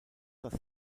das